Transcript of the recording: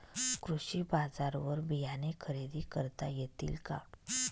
कृषी बाजारवर बियाणे खरेदी करता येतील का?